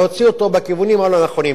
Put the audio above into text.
להוציא אותו בכיוונים הלא-נכונים.